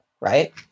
Right